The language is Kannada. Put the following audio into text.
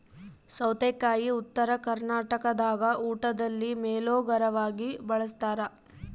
ಸೌತೆಕಾಯಿ ಉತ್ತರ ಕರ್ನಾಟಕದಾಗ ಊಟದಲ್ಲಿ ಮೇಲೋಗರವಾಗಿ ಬಳಸ್ತಾರ